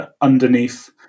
underneath